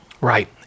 right